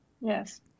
Yes